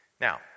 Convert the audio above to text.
Now